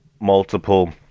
multiple